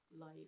life